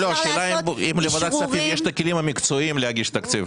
השאלה האם לוועדת כספים יש את הכלים המקצועיים להגיש תקציב?